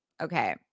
Okay